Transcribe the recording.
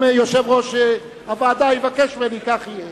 אם יושב-ראש הוועדה יבקש ממני, כך יהיה.